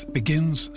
begins